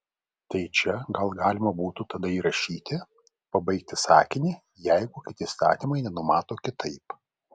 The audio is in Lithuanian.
tai čia gal galima būtų tada įrašyti pabaigti sakinį jeigu kiti įstatymai nenumato kitaip